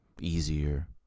easier